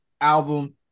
album